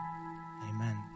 Amen